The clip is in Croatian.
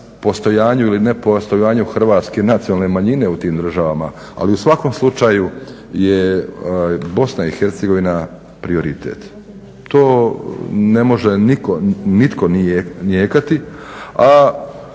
postojanju ili nepostojanju Hrvatske nacionalne manjine u tim državama ali u svakom slučaju je BIH prioritet. To ne može nitko, nitko nije